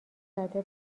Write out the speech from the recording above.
زده